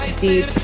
Deep